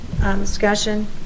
Discussion